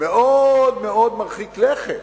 מאוד מאוד מרחיק לכת,